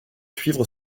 suivre